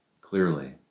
clearly